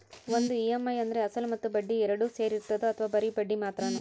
ಒಂದು ಇ.ಎಮ್.ಐ ಅಂದ್ರೆ ಅಸಲು ಮತ್ತೆ ಬಡ್ಡಿ ಎರಡು ಸೇರಿರ್ತದೋ ಅಥವಾ ಬರಿ ಬಡ್ಡಿ ಮಾತ್ರನೋ?